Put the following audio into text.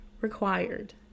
required